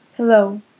Hello